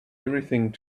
everything